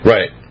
Right